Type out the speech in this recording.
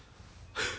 看可不可以